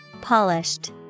polished